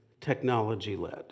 technology-led